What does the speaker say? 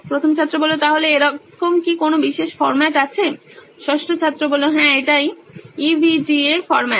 প্রথম ছাত্র তাহলে কি এরকম কোনো বিশেষ ফরম্যাট আছে ষষ্ঠ ছাত্র হ্যাঁ এটাই ইভিজিএ ফরম্যাট